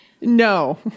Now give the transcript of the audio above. No